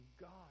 God